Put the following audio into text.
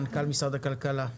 מנכ"ל משרד הכלכלה,